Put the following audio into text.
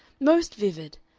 most vivid!